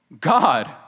God